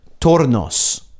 tornos